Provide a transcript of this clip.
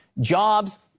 Jobs